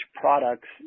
products